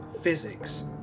physics